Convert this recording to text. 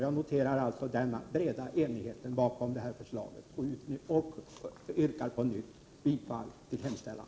Jag noterar alltså den breda enigheten bakom det föreliggande förslaget och yrkar på nytt bifall till utskottets hemställan.